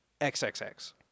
XXX